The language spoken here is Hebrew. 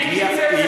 מי קיצץ, ?